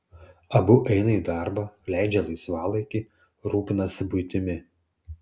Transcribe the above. abu eina į darbą leidžia laisvalaikį rūpinasi buitimi